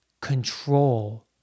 control